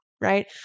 Right